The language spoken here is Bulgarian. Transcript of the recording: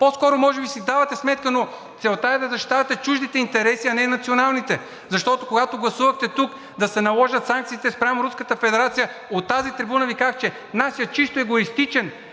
По-скоро може би си давате сметка, но целта е да защитавате чуждите интереси, а не националните. Защото, когато гласувахте тук да се наложат санкциите спрямо Руската федерация, от тази трибуна Ви казах, че нашият чисто егоистичен